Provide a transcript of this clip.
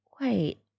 Wait